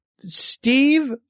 Steve